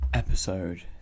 Episode